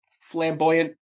flamboyant